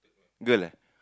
girl eh